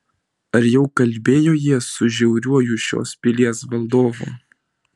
ar jau kalbėjo jie su žiauriuoju šios pilies valdovu